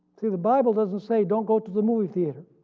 see the bible doesn't say don't go to the movie theater,